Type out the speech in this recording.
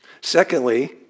Secondly